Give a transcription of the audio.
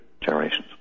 generations